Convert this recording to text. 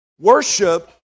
worship